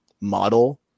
model